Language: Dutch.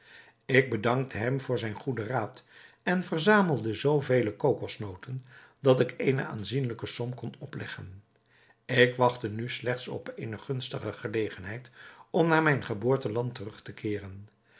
ik bedankte hem voor zijn goeden raad en verzamelde zoo vele kokosnoten dat ik eene aanzienlijke som kon opleggen ik wachtte nu slechts op eene gunstige gelegenheid om naar mijn geboorteland terug te keeren